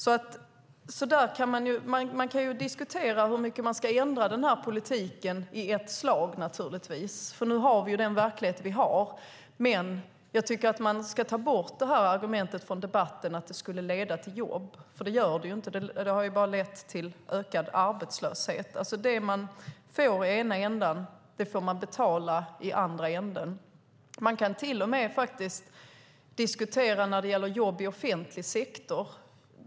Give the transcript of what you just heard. Man kan naturligtvis diskutera hur mycket denna politik ska ändras i ett slag. Nu har vi den verklighet som vi har. Men jag tycker att man ska ta bort argumentet i debatten att det skulle leda till jobb, för det gör det inte. Det har bara lett till ökad arbetslöshet. Det som man får i ena ändan får man alltså betala i andra ändan. Man kan till och med diskutera detta när det gäller jobb i offentlig sektor.